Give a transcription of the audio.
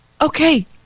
Okay